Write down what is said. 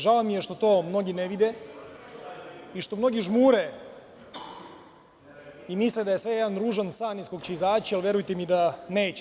Žao mi je što to mnogi ne vide i što mnogi žmure i misle da je sve jedan ružan san iz kog izaći, ali verujte mi da neće.